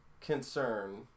concern